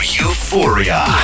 euphoria